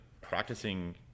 practicing